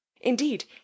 Indeed